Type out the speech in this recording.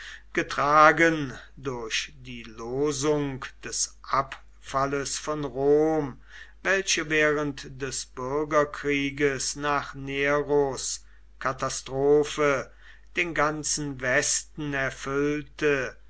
getragen durch die losung des abfalles von rom welche während des bürgerkrieges nach neros katastrophe den ganzen westen erfüllte